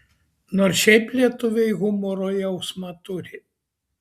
nors šiaip lietuviai humoro jausmą turi